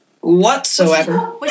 whatsoever